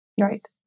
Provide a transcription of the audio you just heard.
Right